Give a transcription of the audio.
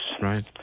Right